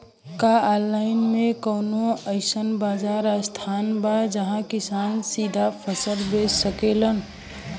का आनलाइन मे कौनो अइसन बाजार स्थान बा जहाँ किसान सीधा फसल बेच सकेलन?